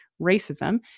racism